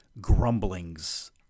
grumblings